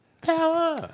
Power